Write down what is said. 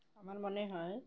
আমার মনে হয়